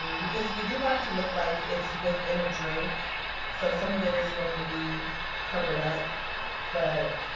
because you do want it to look like it's within a drink so some of it is going to be covered up but